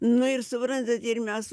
nu ir suprantat ir mes